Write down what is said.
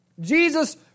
Jesus